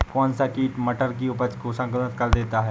कौन सा कीट मटर की उपज को संक्रमित कर देता है?